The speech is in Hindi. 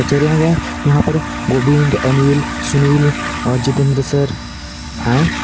कचरियाँ गया तो वहाँ पर गोविन्द अनिल सुनील और जितेन्द्र सर आए